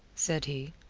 said he,